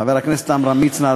חבר הכנסת עמרם מצנע,